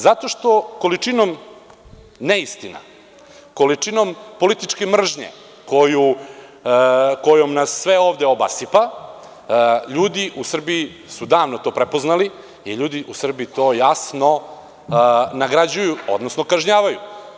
Zato što su količinu neistina i količinu političke mržnje kojom nas sve ovde obasipa ljudi u Srbiji davno prepoznali i ljudi u Srbiji to jasno nagrađuju, odnosno kažnjavaju.